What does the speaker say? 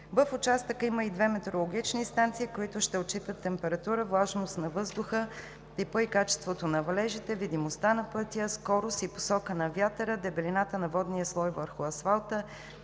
В участъка има и две метеорологични станции, които ще отчитат температурата, влажността на въздуха, типа и качеството на валежите, видимостта на пътя, скоростта и посоката на вятъра, дебелината на водния слой върху асфалта,